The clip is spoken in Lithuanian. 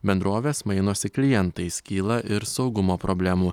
bendrovės mainosi klientais kyla ir saugumo problemų